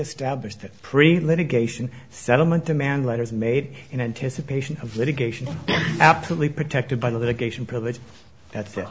established a pre litigation settlement demand letters made in anticipation of litigation absolutely protected by litigation privilege that